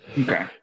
Okay